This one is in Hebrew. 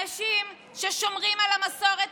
אנשים ששומרים על המסורת,